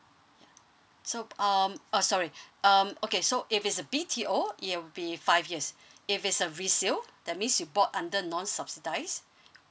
ya so um uh sorry um okay so if it's a B_T_O it'll be five years if it's a resale that means you bought under non subsidize